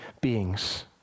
beings